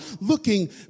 looking